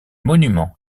monuments